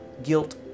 guilt